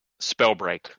Spellbreak